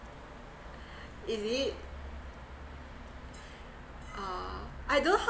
is it uh I don't know how